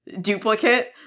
duplicate